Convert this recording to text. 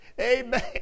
Amen